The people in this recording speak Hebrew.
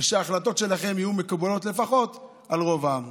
ושההחלטות שלכם יהיו מקובלות לפחות על רוב העם.